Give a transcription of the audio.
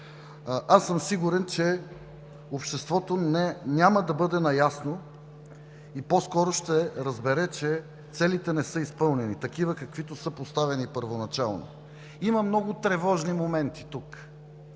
аз съм сигурен, че обществото няма да бъде наясно и по-скоро ще разбере, че целите не са изпълнени, такива каквито са поставени първоначално. Има много тревожни моменти тук.